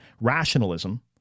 rationalism